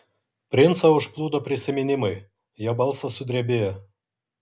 princą užplūdo prisiminimai jo balsas sudrebėjo